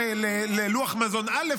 ללוח מזון א',